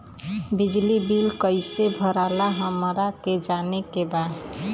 बिजली बिल कईसे भराला हमरा के जाने के बा?